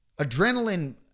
adrenaline